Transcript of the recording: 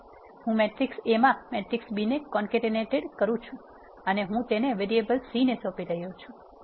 હું matrix A માં matrix B ને કોન્કેટેનેટેડ કરુ છું અને હું તેને વેરીએબલ C ને સોંપી રહ્યો છું